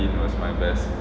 ten thirty was my best